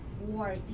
war